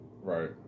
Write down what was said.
Right